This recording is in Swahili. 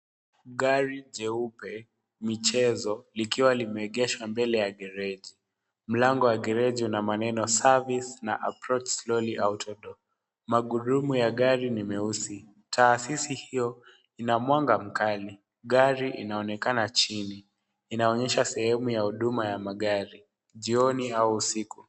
Gari jeupe michezo likiwa limeegeshwa mbele ya gereji. Mlango wa gereji una maneno service na approach slowly autodo . Magurudumu ya gari ni meusi. Taasisi hiyo ina mwanga mkali. Gari inaonekana chini. Inaonyesha sehemu ya huduma ya magari jioni au usiku.